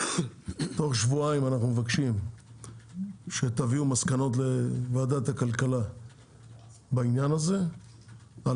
תוך שבועיים אנחנו מבקשים שתביאו מסקנות לוועדת הכלכלה בעניין הזה על